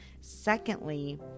Secondly